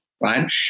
right